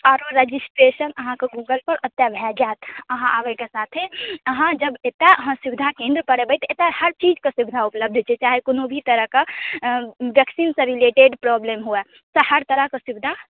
आरो रेजिस्ट्रेशन अहाँके गूगल पर एतय भऽ जायत अहाँ आबय के साथे अहाँ जब एतय अहाँ सुविधा केन्द्र पर एबै तऽ एतय हर चीज के सुविधा उपलब्ध छै चाहे कोनो भी तरह के वेक्सीन सऽ रिलेटेड प्रॉब्लम हुए एतय हर तरह के सुविधा